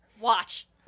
Watch